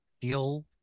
feel